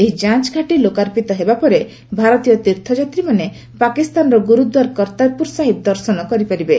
ଏହି ଯାଞ୍ଚଘାଟି ଲୋକାର୍ପିତ ହେବା ପରେ ଭାରତୀୟ ତୀର୍ଥଯାତ୍ରୀମାନେ ପାକିସ୍ତାନର ଗୁରୁଦ୍ୱାର କର୍ତ୍ତାରପୁର ସାହିବ ଦର୍ଶନ କରିପାରିବେ